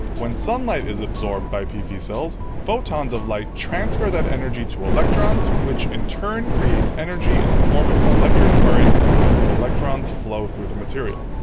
when sunlight is absorbed by pv cells, photons of light transfer that energy to electrons, which, in turn, creates energy in the form of an electric current as the electrons flow through the material.